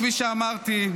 כפי שאמרתי,